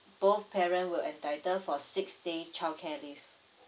both parent will entitle for six days childcare leave